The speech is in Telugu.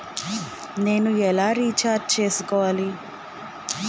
నేను ఎలా రీఛార్జ్ చేయించుకోవాలి?